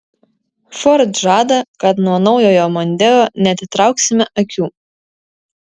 ford žada kad nuo naujojo mondeo neatitrauksime akių